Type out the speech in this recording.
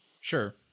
Sure